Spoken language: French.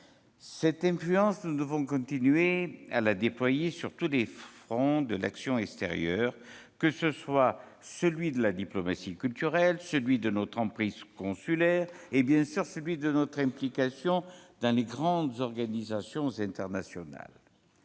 Cette influence, nous devons continuer à la déployer sur tous les fronts de l'action extérieure, que ce soit celui de la diplomatie culturelle, celui de notre emprise consulaire et, bien sûr, celui de notre implication dans les grandes organisations internationales.